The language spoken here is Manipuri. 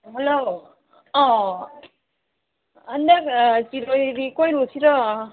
ꯍꯜꯂꯣ ꯑꯥ ꯍꯟꯗꯛ ꯁꯤꯔꯣꯏ ꯂꯤꯂꯤ ꯀꯣꯏꯔꯨꯁꯤꯔꯣ